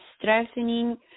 strengthening